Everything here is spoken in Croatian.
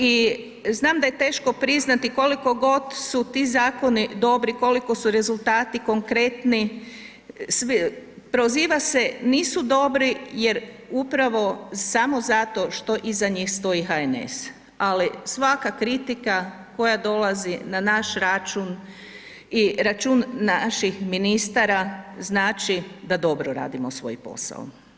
I znam da je teško priznati koliko god su ti zakoni dobri, koliko su rezultati konkretni, proziva se, nisu dobri jer upravo samo zato što iza njih stoji HNS, ali svaka kritika koja dolazi na naš račun i račun naših ministara znači da dobro radimo svoj posao.